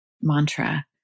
Mantra